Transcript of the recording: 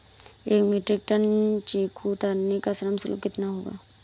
एक metric tonne chikoo उतारने का श्रम शुल्क कितना होगा?